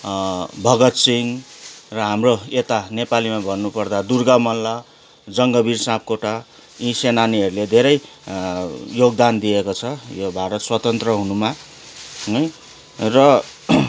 भगत सिंह र हाम्रो यता नेपालीमा भन्नुपर्दा दुर्गा मल्ल जङ्गवीर सापकोटा यी सेनानीहरूले धेरै योगदान दिएको छ यो भारत स्वतन्त्र हुनुमा है र